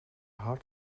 hart